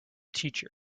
teacher